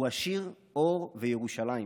הוא השיר "אור וירושלים":